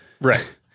Right